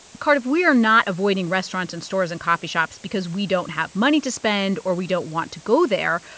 cardiff, we are not avoiding restaurants and stores and coffee shops because we don't have money to spend or we don't want to go there.